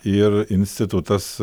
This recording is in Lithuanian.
ir institutas